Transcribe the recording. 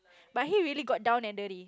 but he really got down and dirty